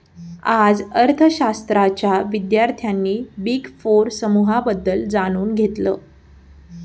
आज अर्थशास्त्राच्या विद्यार्थ्यांनी बिग फोर समूहाबद्दल जाणून घेतलं